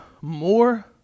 more